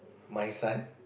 my son